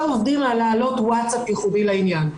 עובדים על להעלות ווטסאפ ייחודי לעניין.